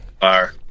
fire